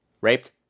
Raped